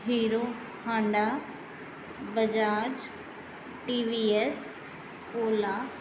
Hero Honda Bajaj TVS ola